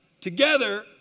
Together